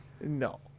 No